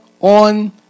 on